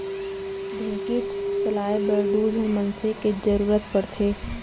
ढेंकीच चलाए बर दू झन मनसे के जरूरत पड़थे